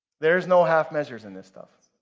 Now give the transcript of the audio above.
there's no half measures in this stuff.